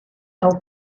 del